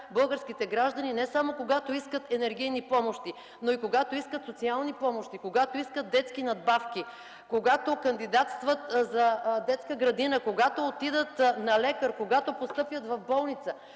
българските граждани не само когато искат енергийни помощи, но и когато искат социални помощи, детски надбавки, когато кандидатстват за детска градина, когато отидат на лекар, когато постъпят в болница.